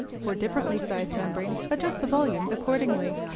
for differently sized membranes, adjust the volumes accordingly.